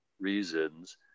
reasons